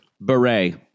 Beret